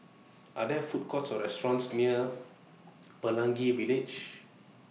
Are There Food Courts Or restaurants near Pelangi Village